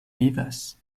vivas